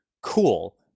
cool